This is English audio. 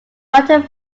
mounted